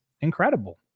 incredible